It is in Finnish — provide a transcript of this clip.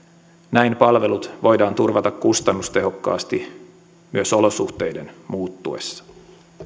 näin palvelut voidaan turvata kustannustehokkaasti myös olosuhteiden muuttuessa